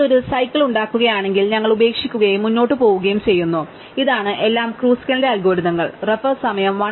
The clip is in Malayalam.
അത് ഒരു സൈക്കിൾ ഉണ്ടാക്കുകയാണെങ്കിൽ ഞങ്ങൾ ഉപേക്ഷിക്കുകയും മുന്നോട്ട് പോകുകയും ചെയ്യുന്നു ഇതാണ് എല്ലാം ക്രുസ്കലിന്റെ അൽഗോരിതങ്ങൾ റഫർ സമയം 0149